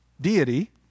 deity